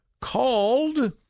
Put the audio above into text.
called